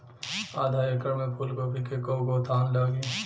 आधा एकड़ में फूलगोभी के कव गो थान लागी?